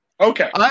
Okay